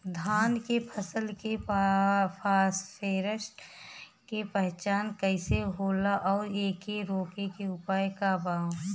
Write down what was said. धान के फसल के फारेस्ट के पहचान कइसे होला और एके रोके के उपाय का बा?